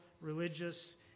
religious